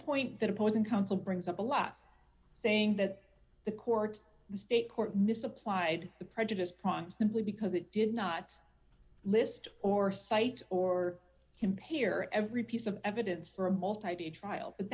point that opposing counsel brings up a lot saying that the court the state court misapplied the prejudice problem simply because it did not list or cite or compare every piece of evidence for a multi day trial